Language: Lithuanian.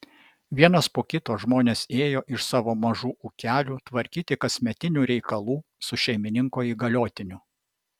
vienas po kito žmonės ėjo iš savo mažų ūkelių tvarkyti kasmetinių reikalų su šeimininko įgaliotiniu